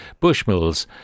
Bushmills